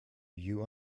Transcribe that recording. you